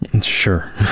Sure